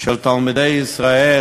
של תלמידי ישראל